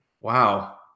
Wow